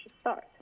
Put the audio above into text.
start